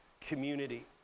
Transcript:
community